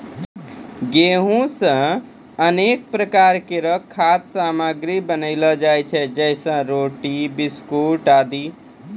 गेंहू सें अनेक प्रकार केरो खाद्य सामग्री बनैलो जाय छै जैसें रोटी, बिस्कुट आदि